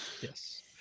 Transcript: Yes